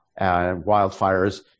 wildfires